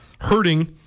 hurting